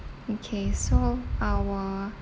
okay so our